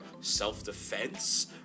self-defense